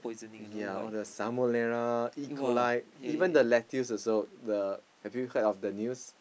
yea all the salmonella E-coli even the lettuce also the have you heard of the news